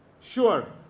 Sure